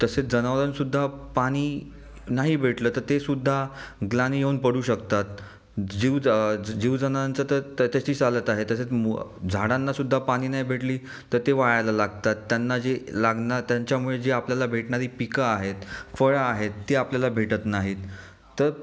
तसेच जनावरंसुद्धा पाणी नाही भेटलं तर तेसुद्धा ग्लानी येऊन पडू शकतात जीव जीव जनावरांचं तर त्याच्याशी चालत आहे त्याच्यात मू झाडांनासुद्धा पाणी नाही भेटली तर ते वाळायला लागतात त्यांना जी लागणं त्यांच्यामुळे जी आपल्याला भेटणारी पिकं आहेत फळं आहेत ती आपल्याला भेटत नाहीत तर